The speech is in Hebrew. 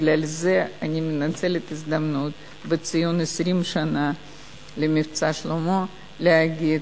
בגלל זה אני מנצלת את ההזדמנות לציון 20 שנה ל"מבצע שלמה" להגיד: